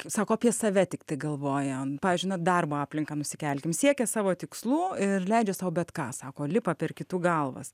sako apie save tiktai galvoja pavyzdžiui na darbo aplinką nusikelkim siekia savo tikslų ir leidžia sau bet ką sako lipa per kitų galvas